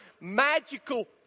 magical